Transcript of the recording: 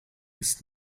ist